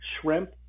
shrimp